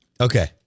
Okay